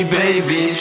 baby